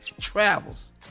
travels